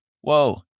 Whoa